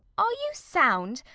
are you sound?